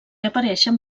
apareixen